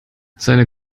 seine